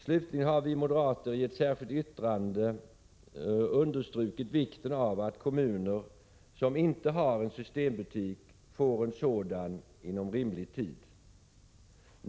Slutligen har vi moderater i ett särskilt yttrande understrukit vikten av att kommuner som inte har en systembutik får en sådan inom rimlig tid.